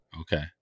Okay